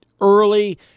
early